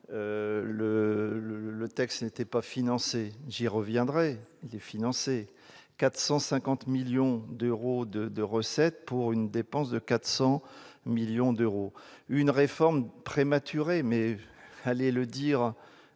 le texte n'était pas financé- j'y reviendrai, il l'est : 450 millions d'euros de recettes pour une dépense de 400 millions d'euros -et que la réforme était prématurée. Allez le dire